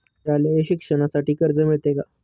शालेय शिक्षणासाठी कर्ज मिळते का?